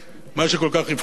מה שכל כך הפחיד אותו,